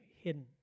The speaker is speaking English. hidden